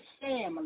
family